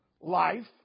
life